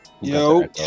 Yo